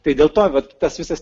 tai dėl to vat tas visas